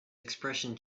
expression